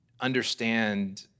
understand